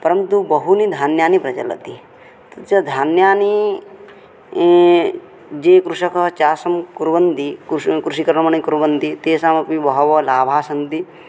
परन्तु बहूनि धान्यानि प्रचलन्ति तच्च धान्यानि ये कृषकाः चाषं कुर्वन्ति कृष् कृषिकर्मणि कुर्वन्ति तेषामपि बहवः लाभाः सन्ति